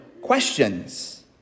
questions